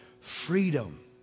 Freedom